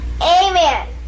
Amen